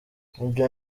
ibyo